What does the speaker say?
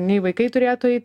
nei vaikai turėtų eit